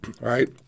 right